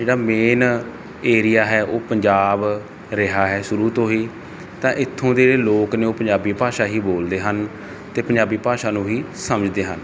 ਜਿਹੜਾ main area ਹੈ ਉਹ ਪੰਜਾਬ ਰਿਹਾ ਹੈ ਸ਼ੁਰੂ ਤੋਂ ਹੀ ਤਾਂ ਇੱਥੋਂ ਦੇ ਲੋਕ ਨੇ ਉਹ ਪੰਜਾਬੀ ਭਾਸ਼ਾ ਹੀ ਬੋਲਦੇ ਹਨ ਅਤੇ ਪੰਜਾਬੀ ਭਾਸ਼ਾ ਨੂੰ ਹੀ ਸਮਝਦੇ ਹਨ